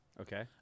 Okay